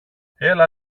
έλα